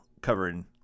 covering